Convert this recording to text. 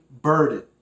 burden